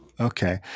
Okay